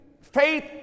faith